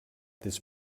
this